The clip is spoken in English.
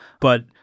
But-